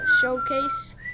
showcase